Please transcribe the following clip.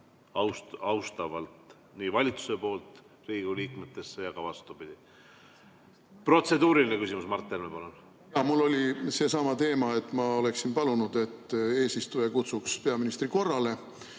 austavalt nii valitsuse poolt Riigikogu liikmetesse kui ka vastupidi. Protseduuriline küsimus. Mart Helme, palun! Jaa, mul oli seesama teema, ma oleksin palunud, et eesistuja kutsuks peaministrit korrale.